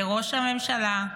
לראש הממשלה: